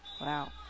Wow